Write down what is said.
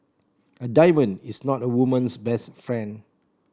a diamond is not a woman's best friend